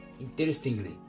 Interestingly